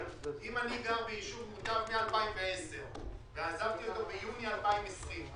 אם אני גר ביישוב מוכר החל משנת 2010 ועזבתי אותו ביוני 2020,